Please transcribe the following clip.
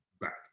back